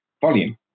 volume